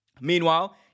Meanwhile